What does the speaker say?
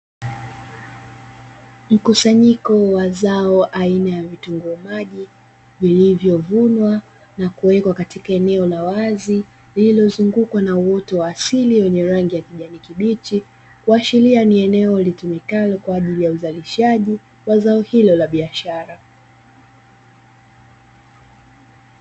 Mkusanyiko wa zao aina ya vitunguu maji vilivovunwa na kuwekwa katika eneo la wazi, lililozungukwa na uoto wa asili wenye rangi ya kijani kibichi kuashiria ni eneo litumikalo kwa ajili ya uzarishaji wa zao hilo la biashara.